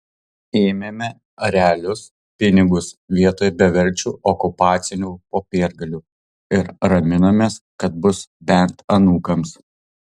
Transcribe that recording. ėmėme realius pinigus vietoj beverčių okupacinių popiergalių ir raminomės kad bus bent anūkams